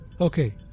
Okay